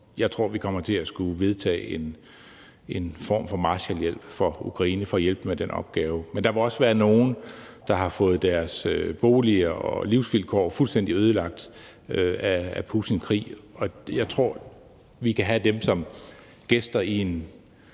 jeg tror, vi kommer til at skulle vedtage en form for Marshallhjælp til Ukraine for at hjælpe med den opgave. Men der må også være nogle, som har fået deres bolig og deres livsvilkår fuldstændig ødelagt af Putins krig, og jeg tror, at vi kan have dem som gæster i en